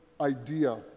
idea